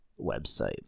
website